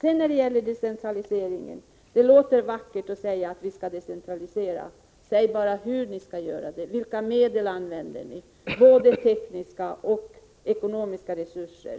När det gäller decentraliseringen låter det vackert att säga att vi skall decentralisera. Säg bara hur ni skall göra det! Vilka medel använder ni, vilka tekniska och ekonomiska resurser?